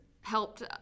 helped